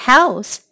House